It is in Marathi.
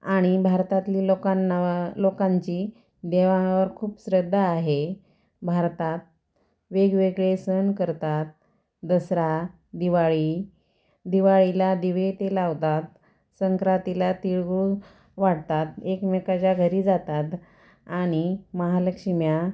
आणि भारतातली लोकांना वा लोकांची देवावर खूप श्रद्धा आहे भारतात वेगवेगळे सण करतात दसरा दिवाळी दिवाळीला दिवे ते लावतात संक्रातीला तिळगूळ वाटतात एकमेकाच्या घरी जातात आणि महालक्ष्म्या